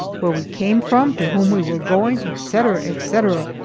where we came from, to whom we were going, etc, etc,